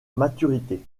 maturité